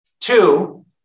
two